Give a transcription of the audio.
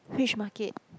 which market